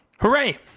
Hooray